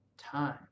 time